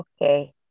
Okay